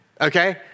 okay